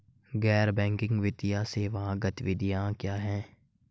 गैर बैंकिंग वित्तीय सेवा गतिविधियाँ क्या हैं?